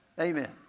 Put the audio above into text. Amen